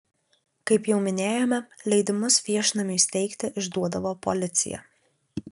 kaip jau minėjome leidimus viešnamiui steigti išduodavo policija